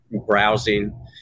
browsing